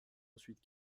ensuite